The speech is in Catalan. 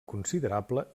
considerable